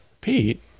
Pete